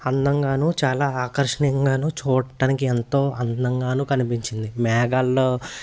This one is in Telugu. అందంగానూ చాలా ఆకర్షణీయంగాను చూడటానికి ఎంతో అందంగాను కనిపించింది మేఘాలలో